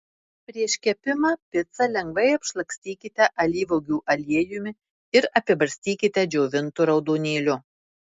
prieš kepimą picą lengvai apšlakstykite alyvuogių aliejumi ir apibarstykite džiovintu raudonėliu